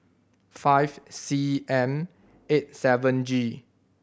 five C M eight seven G